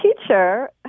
teacher